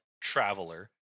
traveler